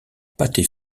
pâtés